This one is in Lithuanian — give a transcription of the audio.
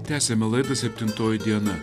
tęsiame laidą septintoji diena